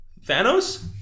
Thanos